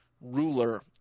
ruler